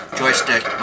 joystick